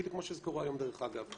בדיוק כמו שזה קורה היום דרך אגב.